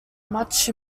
much